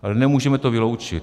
Ale nemůžeme to vyloučit.